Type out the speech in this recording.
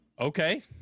okay